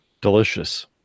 delicious